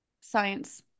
science